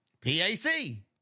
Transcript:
P-A-C